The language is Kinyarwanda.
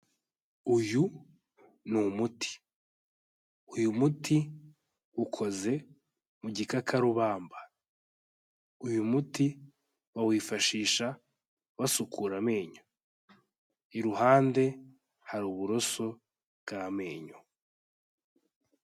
Uyu ni umuti, uyu muti ukoze mu gikakarubamba, uyu muti bawifashisha basukura amenyo, iruhande hari uburoso bw'amenyo.